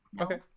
Okay